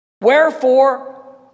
wherefore